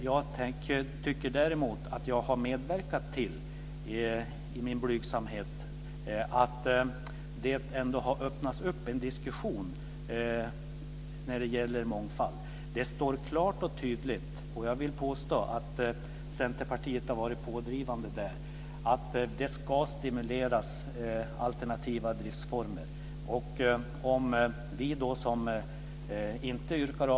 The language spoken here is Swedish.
Jag tycker i min blygsamhet däremot att jag har medverkat till att det ändå har öppnats upp en diskussion om mångfald. Det står klart och tydligt - och jag vill påstå att Centerpartiet har varit pådrivande i det fallet - att alternativa driftsformer ska stimuleras.